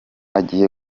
agiye